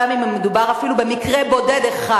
גם אם מדובר אפילו במקרה בודד אחד.